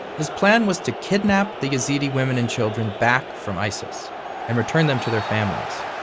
his plan was to kidnap the yazidi women and children back from isis and return them to their families.